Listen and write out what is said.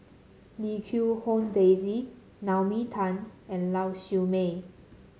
Lim Quee Hong Daisy Naomi Tan and Lau Siew Mei